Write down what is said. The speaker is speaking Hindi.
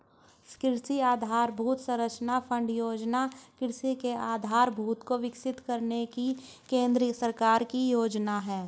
कृषि आधरभूत संरचना फण्ड योजना कृषि के आधारभूत को विकसित करने की केंद्र सरकार की योजना है